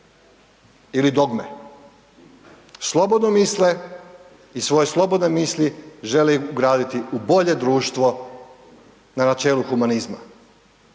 ili dogme. Slobodno misle i svoje slobodne misli žele ugraditi u bolje društvo na načelu humanizma.